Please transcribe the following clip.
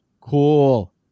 cool